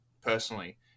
personally